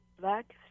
black